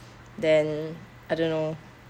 then I don't know